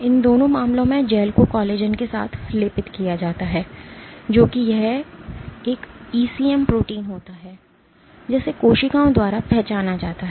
इन दोनों मामलों में जैल को कोलेजन के साथ लेपित किया जाता है जो कि यह एक ईसीएम प्रोटीन होता है जिसे कोशिकाओं द्वारा पहचाना जाता है